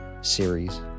series